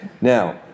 Now